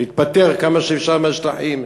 להיפטר כמה שאפשר מהשטחים,